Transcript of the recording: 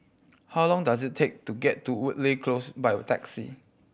how long does it take to get to Woodleigh Close by taxi